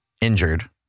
injured